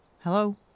Hello